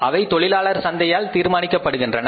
அவை தொழிலாளர் சந்தையால் தீர்மானிக்கப்படுகின்றன